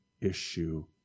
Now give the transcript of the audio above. issue